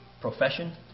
profession